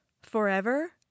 Forever